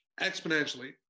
exponentially